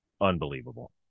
unbelievable